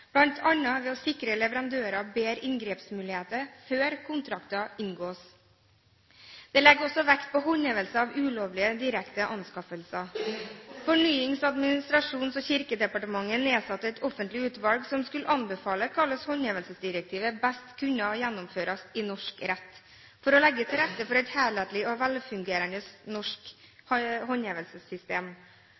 bl.a. ved å sikre leverandører bedre inngrepsmuligheter før kontrakt inngås. Det legges også vekt på håndhevelse ved ulovlige direkte anskaffelser. Fornyings-, administrasjons- og kirkedepartementet nedsatte et offentlig utvalg som skulle anbefale hvordan håndhevelsesdirektivet best kunne gjennomføres i norsk rett, for å legge til rette for et helhetlig og velfungerende norsk håndhevelsessystem.